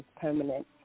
permanent